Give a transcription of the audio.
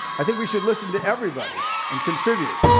i think we should listen to everybody and contribute.